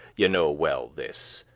ye know well this,